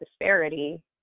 disparity